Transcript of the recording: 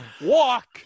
walk